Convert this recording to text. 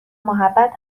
محبت